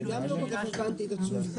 אני גם לא כל כך הבנתי את התשובה.